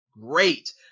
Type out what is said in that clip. great